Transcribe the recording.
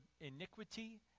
iniquity